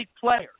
players